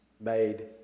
made